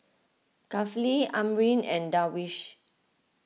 Kifli Amrin and Darwish